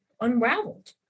unraveled